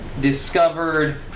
discovered